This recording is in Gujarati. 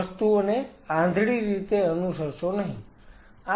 વસ્તુઓને આંધળી રીતે અનુસરસો નહી